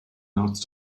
north